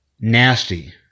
nasty